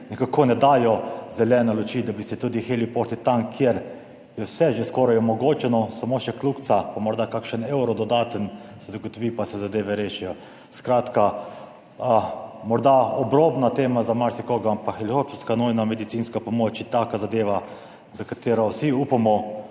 ne dajo zelene luči, da bi bili tudi heliporti tam, kjer je vse že skoraj omogočeno, samo še kljukica pa morda kakšen dodaten evro se zagotovi, pa se zadeve rešijo. Skratka, morda obrobna tema za marsikoga, ampak helikopterska nujna medicinska pomoč je taka zadeva, za katero vsi upamo,